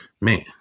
Man